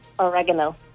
Oregano